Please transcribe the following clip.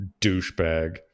douchebag